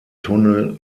tunnel